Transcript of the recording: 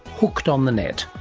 hooked on the net,